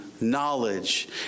knowledge